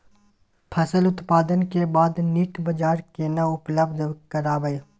फसल उत्पादन के बाद नीक बाजार केना उपलब्ध कराबै?